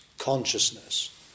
consciousness